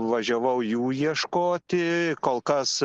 važiavau jų ieškoti kol kas